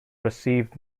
received